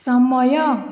ସମୟ